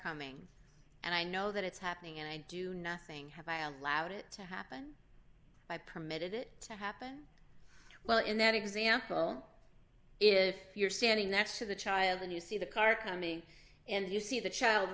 coming and i know that it's happening and i do nothing have i allowed it to happen i permitted it to happen well in that example if you're standing next to the child and you see the car coming and you see the child